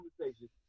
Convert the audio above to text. conversation